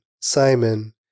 Simon